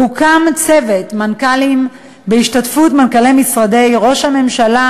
הוקם צוות מנכ"לים בהשתתפות מנכ"לי משרד ראש הממשלה,